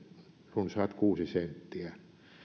runsaat kuusi senttiä